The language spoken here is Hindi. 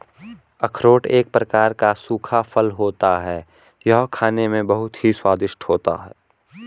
अखरोट एक प्रकार का सूखा फल होता है यह खाने में बहुत ही स्वादिष्ट होता है